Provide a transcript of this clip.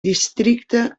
districte